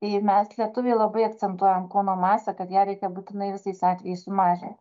jei mes lietuviai labai akcentuojam kūno masę kad ją reikia būtinai visais atvejais sumažin